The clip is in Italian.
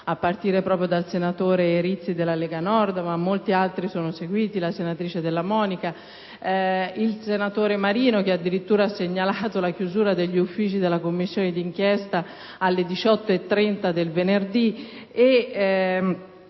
a partire dal senatore Rizzi della Lega Nord, ma molti altri sono seguiti (fra gli altri, la senatrice Della Monica e il senatore Ignazio Marino, che addirittura ha segnalato la chiusura degli uffici della Commissione d'inchiesta alle ore 18,30 del venerdì).